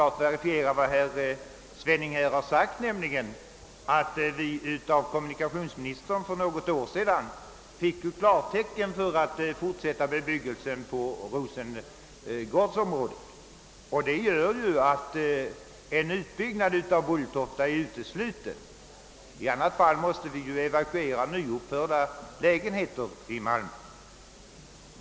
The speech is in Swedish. Jag vill verifiera vad herr Svenning här har nämnt, nämligen att vi av kommunikationsministern för något år sedan fick klartecken för att fortsätta bebyggelsen på Rosengårds-området. Detta medför att en utbyggnad av Bulltofta är utesluten. I annat fall måste vi evakuera nyuppförda lägenheter i Malmö.